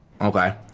Okay